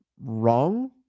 wrong